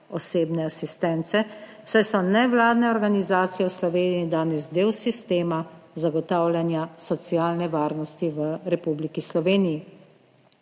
osebne asistence, saj so nevladne organizacije v Sloveniji danes del sistema zagotavljanja socialne varnosti v Republiki Sloveniji.